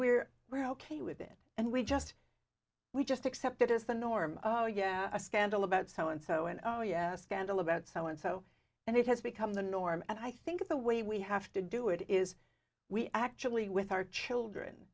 we're we're ok with it and we just we just accept it as the norm oh yeah a scandal about so and so and oh yeah scandal about so and so and it has become the norm and i think the way we have to do it is we actually with our children